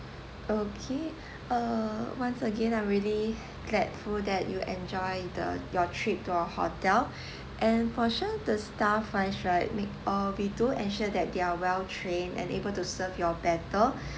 okay uh once again I'm really gladful that you enjoy the your trip to our hotel and for sure the staff wise right we uh we do ensure that they are well trained and able to serve you all better